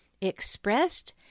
expressed